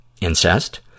incest